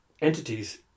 entities